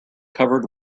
covered